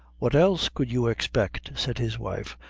what else could you expect, said his wife,